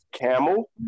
camel